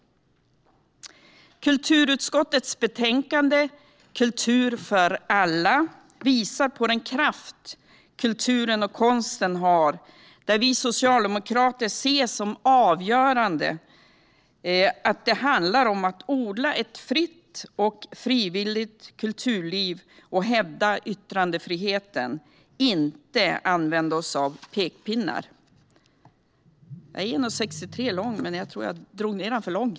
Kulturutskottets betänkande Kultur för alla visar på den kraft kulturen och konsten har, där vi socialdemokrater ser det som avgörande att det handlar om att odla ett fritt och frivilligt kulturliv och hävda yttrandefriheten, inte att använda oss av pekpinnar.